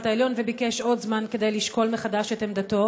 העליון וביקש עוד זמן כדי לשקול מחדש את עמדתו,